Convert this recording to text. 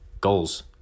goals